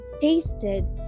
tasted